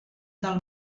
del